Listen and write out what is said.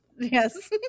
Yes